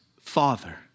Father